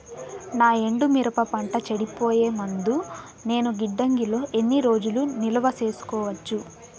నా ఎండు మిరప పంట చెడిపోయే ముందు నేను గిడ్డంగి లో ఎన్ని రోజులు నిలువ సేసుకోవచ్చు?